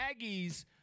Aggies